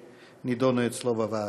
שנדונו אצלו בוועדה.